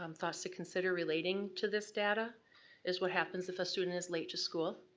um thoughts to consider relating to this data is what happens if a student is late to school,